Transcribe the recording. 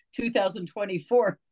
2024